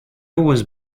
was